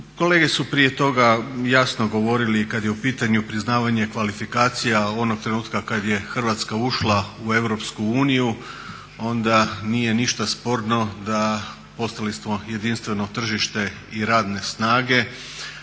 Kolege su prije toga jasno govorili kada je u pitanju priznavanje kvalifikacija onog trenutka kada je Hrvatska ušla u EU onda nije ništa sporno da postali smo jedinstveno tržište i radne snage,